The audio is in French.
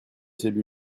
celui